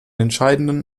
entscheidenden